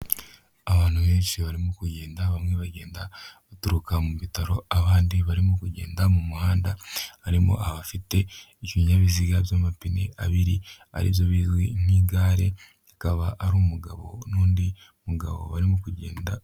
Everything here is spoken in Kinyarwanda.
Abantu benshi barimo kugenda bamwe bagenda baturuka mu bitaro abandi barimo kugenda mu muhanda, harimo abafite ibinyabiziga by'amapine abiri, aribyo bizwi nk'igare akaba ari umugabo n'undi mugabo barimo kugenda.